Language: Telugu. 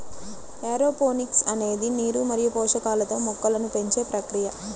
ఏరోపోనిక్స్ అనేది నీరు మరియు పోషకాలతో మొక్కలను పెంచే ప్రక్రియ